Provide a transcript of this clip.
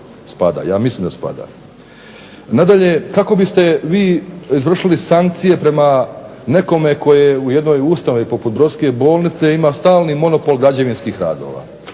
Spada? Ja mislim da spada. Nadalje, kako biste vi izvršili sankcije prema nekome tko je u jednoj ustanovi poput brodske bolnice ima stalni monopol građevinskih radova